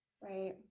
Right